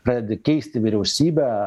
pradedi keisti vyriausybę